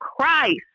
Christ